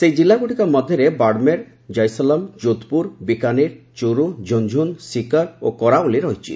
ସେହି ଜିଲ୍ଲାଗୁଡ଼ିକ ମଧ୍ୟରେ ବାଡ଼ମେର ଜୈସଲମ ଯୋଧପୁର ବିକାନିର ଚୁରୁ ଝୁନୁଝୁନୁ ସିକର୍ ଓ କରାଉଲି ରହିଛି